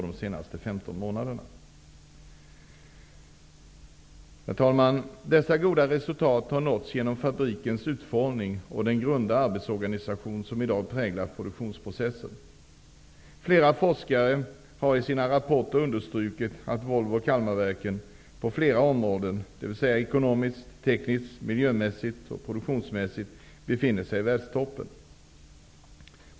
Dessa goda resultat har uppnåtts genom fabrikens utformning och den grunda arbetsorganisation som i dag präglar produktionsprocessen. Flera forskare har i sina rapporter understrukit att ekonomiskt, tekniskt, miljömässigt och produktionsmässigt -- befinner sig i världstoppen.